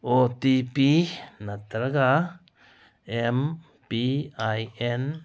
ꯑꯣ T P ꯅꯠꯇ꯭ꯔꯒ M P I and